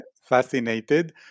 fascinated